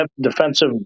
defensive